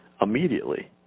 Immediately